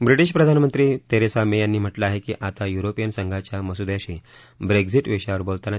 British प्रधानमंत्री Theresa May यांनी म्हटलं आहे की आता युरोपीयन संघाच्या मसुद्याशी ब्रेक्झीट विषयावर बोलताना